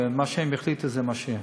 ומה שהם יחליטו זה מה שיהיה.